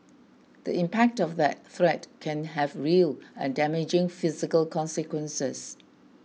the impact of that threat can have real and damaging physical consequences